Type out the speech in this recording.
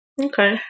Okay